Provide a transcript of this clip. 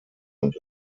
und